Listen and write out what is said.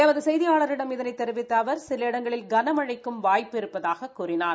எமது செய்தியாளிடம் இதனை தெரிவித்த அவர் சில இடங்களில் கன மழைக்கும் வாய்ப்பு இருப்பதாகக் கூறினார்